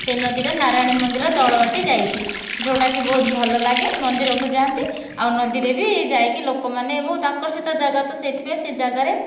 ସେ ନଦୀଟା ନାରାୟଣୀ ମନ୍ଦିର ତଳ ବାଟେ ଯାଇଛି ଯେଉଁଟା କି ବହୁତ ଭଲ ଲାଗେ ମନ୍ଦିରକୁ ଯାଆନ୍ତି ଆଉ ନଦୀରେ ବି ଯାଇକି ଲୋକମାନେ ବହୁତ ଆକର୍ଷିତ ଜାଗା ତ ସେଇଥିପାଇଁ ସେଇ ଜାଗାରେ